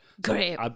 Great